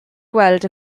gweld